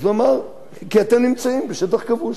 אז הוא אמר: כי אתם נמצאים בשטח כבוש.